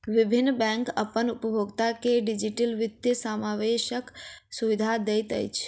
विभिन्न बैंक अपन उपभोगता के डिजिटल वित्तीय समावेशक सुविधा दैत अछि